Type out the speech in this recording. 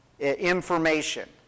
Information